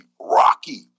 rocky